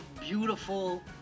beautiful